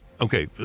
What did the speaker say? okay